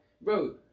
bro